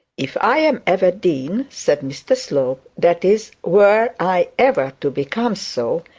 if i am ever dean said mr slope that is, were i ever to become so,